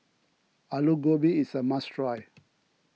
Alu Gobi is a must try